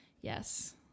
Yes